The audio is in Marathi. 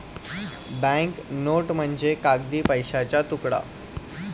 बँक नोट म्हणजे कागदी पैशाचा तुकडा